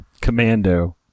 Commando